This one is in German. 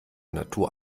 natur